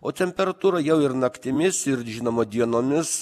o temperatūra jau ir naktimis ir žinoma dienomis